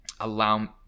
allow